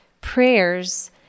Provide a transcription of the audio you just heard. prayers